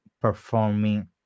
performing